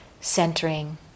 centering